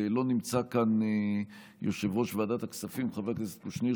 ולא נמצא כאן יושב-ראש ועדת הכספים חבר הכנסת קושניר,